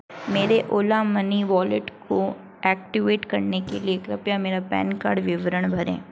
मेरे Ola money wallet को activate करने के लिए कृपया मेरा पैन कार्ड विवरण भरें